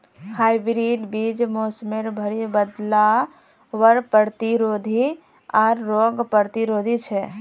hybrid बीज मोसमेर भरी बदलावर प्रतिरोधी आर रोग प्रतिरोधी छे